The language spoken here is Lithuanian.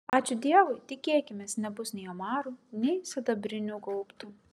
ačiū dievui tikėkimės nebus nei omarų nei sidabrinių gaubtų